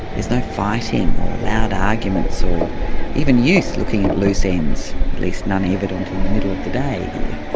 there's no fighting or loud arguments or even youth looking at loose ends. at least none evident in the middle of the day here.